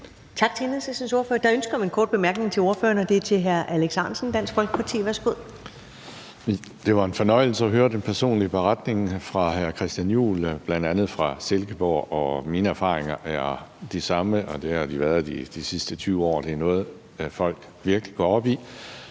Tak til Enhedslistens ordfører. Der er ønske om en kort bemærkning til ordføreren, og den er fra hr. Alex Ahrendtsen, Dansk Folkeparti. Værsgo. Kl. 16:04 Alex Ahrendtsen (DF): Det var en fornøjelse at høre den personlige beretning fra hr. Christian Juhl, bl.a. fra Silkeborg, og mine erfaringer er de samme, og det har de været de sidste 20 år. Det er noget, folk virkelig går op i,